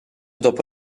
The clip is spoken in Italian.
dopo